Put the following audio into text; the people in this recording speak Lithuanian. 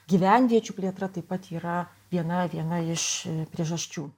gyvenviečių plėtra taip pat yra viena viena iš priešasčių